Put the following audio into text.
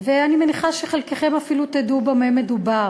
ואני מניחה שחלקכם אפילו תדעו במה מדובר.